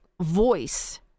voice